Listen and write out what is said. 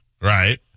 Right